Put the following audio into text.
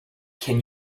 can